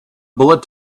bullet